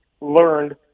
learned